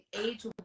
age